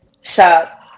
shop